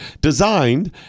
Designed